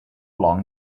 long